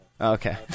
Okay